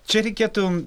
čia reikėtų